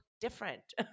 different